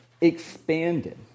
Expanded